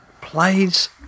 plays